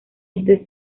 este